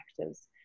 actors